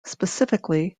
specifically